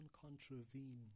contravene